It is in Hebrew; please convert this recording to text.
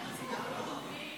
התרבות והספורט נתקבלה.